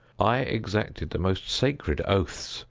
i exacted the most sacred oaths,